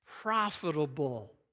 profitable